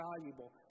valuable